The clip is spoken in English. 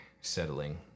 settling